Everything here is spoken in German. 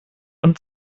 und